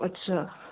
अच्छा